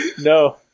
No